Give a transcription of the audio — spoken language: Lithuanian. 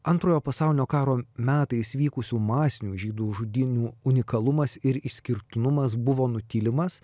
antrojo pasaulinio karo metais vykusių masinių žydų žudynių unikalumas ir išskirtinumas buvo nutylimas